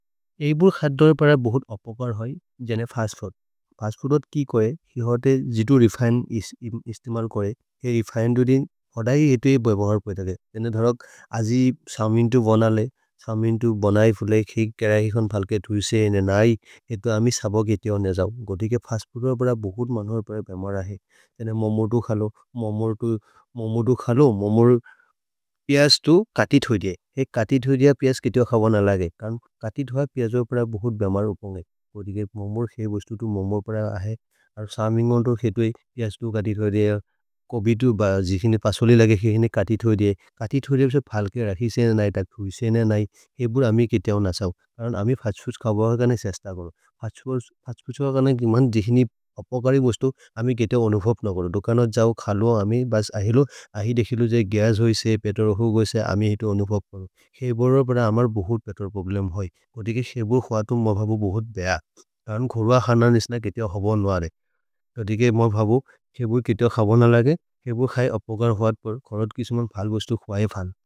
एइबुर् खद्द पर बोहुत् अपकर् है जेने फस्त् फूद्। फस्त् फूद् अत् किकि कोए, हि होते जितु रेफिने इस्थिमल् कोरे। हे रेफिने दुरिन्ग् होदै हे तो ए बोह्पे बोह्पे तघे। तेने दरोक् अजि सुम् इन्तो बनले, सुम् इन्तो बनैफुले, खिक् करहि खन् फल्के तूसे नेने नै। हे तो अमि सबोक् एति ओनेजओ। गोतिके फस्त् फूद् अपर बोहुत् मन्हुर प्रए बेमर है। तेने ममुतु खलो, ममुतु खलो, ममुतु खलो, ममुतु पियश् तु कति थुद्ये। हे कति थुद्ये पियश् के तिओ ख बनलगे। कति थुद्ये पियश् ओपर बोहुत् बमर ओपोन्घे। कोरिके ममुतु खे बोहुत् तु ममुतु प्रए है। समिन्गोन्तु खेत्वे पियश् तु कति थुद्ये। कोबितु भ जिहिने फस्त् फूदि लगे खे हेने कति थुद्ये। कति थुद्ये सो फल्के रहिसे नेने नै तघे हुइसे नेने नै। हे बोहुत् अमि केत्य ओनेजओ। तेने अमि फस्त् फूद् कबहकर् ने सिअस्थ कोरो। फस्त् फूद्, फस्त् फूद् कबहकर् नन् जिहिनि अपकरि बोहुत् तु अमि केत्य ओनुफोप् न कोरो। दोकन जओ खलो अमि बस् अहिलु, अहिलु देखिलु जे गस् होइसे पेत्रो होइसे अमि हेतु ओनुफोप् कोरो। हे बोह्रु प्रए अमर् बोहुत् पेत्रो पोब्लेम् होइ। कति के शे बोह् हुअ तु मह् बबु बोहुत् बेय। तन् कोर्व खनन् निस्न केत्य हबोन् नारे। तति के मह् बबु हे बोह् केत्य हबोन् न लगे। खे बोह् खए अपोकर् हुअ तु पर् कोरो तो किसि मन् फल् बोह्स्तुख् वैफन्।